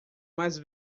mais